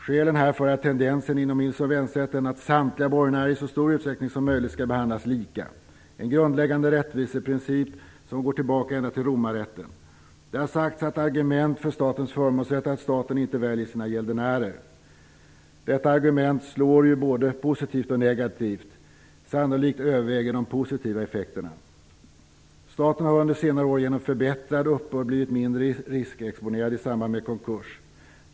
Skälen härför är tendensen inom insolvensrätten att samtliga borgenärer i så stor utsträckning som möjligt skall behandlas lika. Det är en grundläggande rättviseprincip som går tillbaka ända till romarrätten. Det har sagts som argument för statens förmånsrätt att staten inte väljer sina gäldenärer. Detta argument slår både positivt och negativt. Sannolikt överväger de positiva effekterna. Staten har under senare år genom förbättrad uppbörd blivit mindre riskexponerad i samband med konkurser.